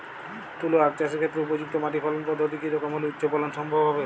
তুলো আঁখ চাষের ক্ষেত্রে উপযুক্ত মাটি ফলন পদ্ধতি কী রকম হলে উচ্চ ফলন সম্ভব হবে?